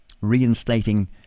reinstating